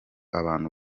abantu